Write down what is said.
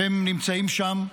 אתם נמצאים שם,